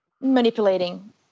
manipulating